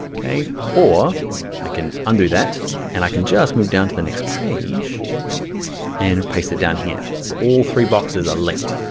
or i can undo that and i can just move down to the next page and paste it down here, so all three boxes are linked.